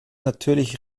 natürlich